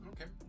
Okay